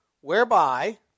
whereby